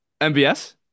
MBS